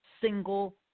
single